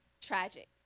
Tragic